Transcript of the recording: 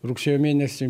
rugsėjo mėnesį